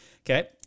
Okay